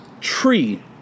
tree